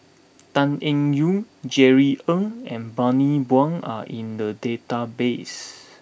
Tan Eng Yoon Jerry Ng and Bani Buang are in the database